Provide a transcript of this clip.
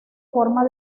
forma